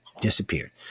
disappeared